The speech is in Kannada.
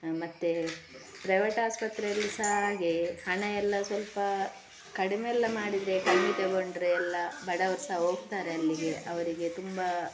ಮತ್ತೆ ಪ್ರೈವೇಟ್ ಆಸ್ಪತ್ರೆಯಲ್ಲಿ ಸಹ ಹಾಗೆ ಹಣ ಎಲ್ಲ ಸ್ವಲ್ಪ ಕಡಿಮೆ ಎಲ್ಲ ಮಾಡಿದರೆ ಕಮ್ಮಿ ತಗೊಂಡರೆ ಎಲ್ಲ ಬಡವರು ಸಹ ಹೋಗ್ತಾರೆ ಅಲ್ಲಿಗೆ ಅವರಿಗೆ ತುಂಬಾ